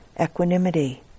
equanimity